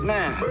Man